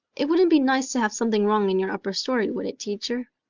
it wouldn't be nice to have something wrong in your upper story, would it, teacher?